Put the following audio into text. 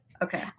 Okay